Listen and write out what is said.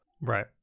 Right